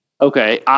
Okay